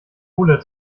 ole